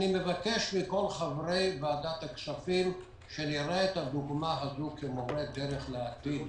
אני מבקש מכל חברי ועדת הכספים שנראה את הדוגמה הזאת כמורה דרך לעתיד.